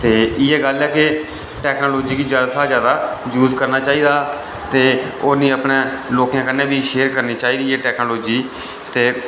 ते इटयै गल्ल ऐ के टेकनोलोजी गी ज्यादा शा ज्यादा यूज करना चाहिदा ते होरनें अपने लोकें कन्ने बी शेयर करनी चाहिदी एह् टेकनोलोजी ते